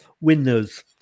winners